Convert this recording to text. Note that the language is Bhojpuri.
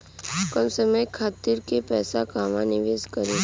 कम समय खातिर के पैसा कहवा निवेश करि?